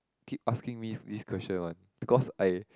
keep asking me this question one because I